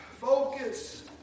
focus